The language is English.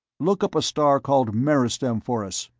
look up a star called meristem for us.